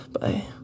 Bye